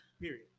Period